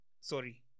sorry